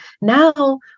now